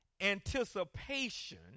anticipation